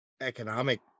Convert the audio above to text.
economic